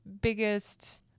biggest